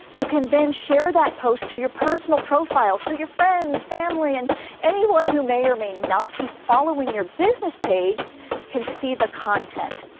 you can then share that post to your personal profile so your friends family and anyone who may or may not be following your business page can see the content.